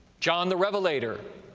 john the revelator,